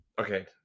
Okay